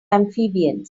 amphibians